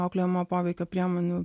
auklėjamojo poveikio priemonių